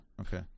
Okay